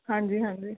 ਹਾਂਜੀ ਹਾਂਜੀ